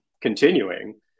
continuing